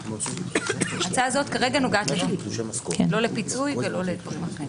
ההצעה הזו נוגעת לחילוט לא לפיצוי או לדברים אחרים.